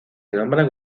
nombran